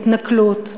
התנכלות,